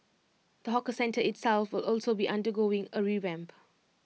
the hawker centre itself will also be undergoing A revamp